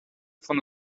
von